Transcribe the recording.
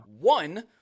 one